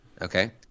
okay